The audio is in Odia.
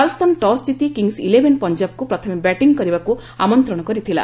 ରାଜସ୍ଥାନ ଟସ୍ ଜିତି କିଙ୍ଗସ୍ ଇଲେଭେନ୍ ପଞ୍ଜାବକୁ ପ୍ରଥମେ ବ୍ୟାଟିଂ କରିବାକୁ ଆମନ୍ତ୍ରଣ କରିଥିଲା